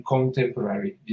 Contemporary